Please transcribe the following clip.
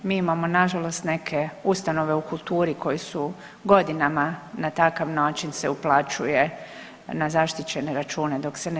Mi imamo na žalost neke ustanove u kulturi koji su godinama na takav način se uplaćuje na zaštićene račune dok se ne